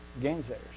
gainsayers